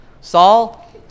Saul